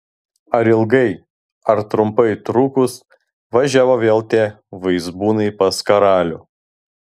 ar ilgai ar trumpai trukus važiavo vėl tie vaizbūnai pas karalių